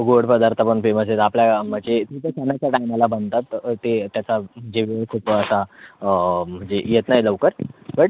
गोड पदार्थ पण फेमस आहेत आपल्या म्हणजे फक्त सणाच्या टायमाला बनतात ते त्याचा खूप असा म्हणजे इयेत नाही लवकर बट